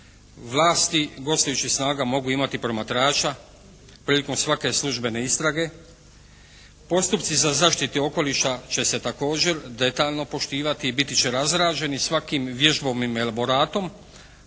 vlasti gostujućih snaga mogu imati promatrača prilikom svake službene istrage, postupci za zaštite okoliša će se također detaljno poštivati i biti će razrađeni svakim vježbovnim elaboratom